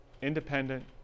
independent